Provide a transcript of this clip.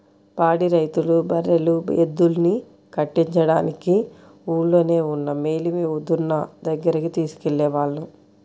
పాడి రైతులు బర్రెలు, ఎద్దుల్ని కట్టించడానికి ఊల్లోనే ఉన్న మేలిమి దున్న దగ్గరికి తీసుకెళ్ళేవాళ్ళు